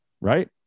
right